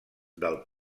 del